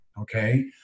Okay